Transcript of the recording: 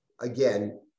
again